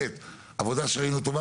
עבודה טובה.